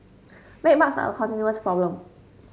bedbugs are a continuous problem